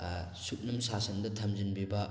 ꯁꯨꯞꯅꯝ ꯁꯥꯁꯟꯗ ꯊꯝꯖꯤꯟꯕꯤꯕ